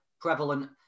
prevalent